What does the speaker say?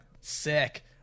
Sick